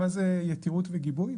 מה זה יתירות וגיבוי.